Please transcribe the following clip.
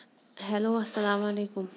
hello السلام علیکُم